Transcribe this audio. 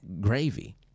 gravy